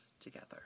together